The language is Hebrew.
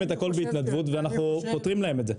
את הכול בהתנדבות ואנחנו פותרים להם את זה.